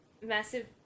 massive